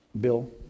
Bill